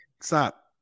Stop